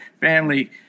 family